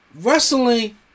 Wrestling